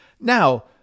now